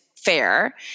fair